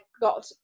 got